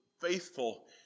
faithful